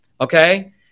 okay